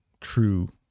true